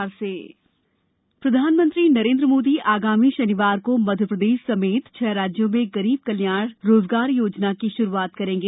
PM गरीब कल्याण योजना प्रधानमंत्री नरेन्द्र मोदी आगामी शनिवार को मध्यप्रदेश समेत छह राज्यों में गरीब कल्याण रोजगार योजना की शुरूआत करेंगे